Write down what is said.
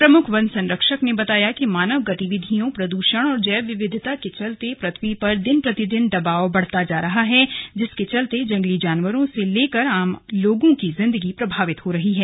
प्रमुख वन संरक्षक ने बताया कि मानव गतिविधियों प्रदूषण और जैव विविधता के चलते पृथ्वी पर दिन प्रतिदिन दबाव बढ़ता जा रहा है जिसके चलते जंगली जानवरों से लेकर आम लोगों की जिंदगी प्रभावित हो रही है